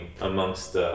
amongst